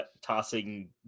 tossing